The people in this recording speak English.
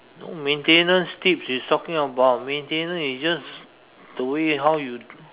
no maintenance tips is talking about maintenance it's just the way how you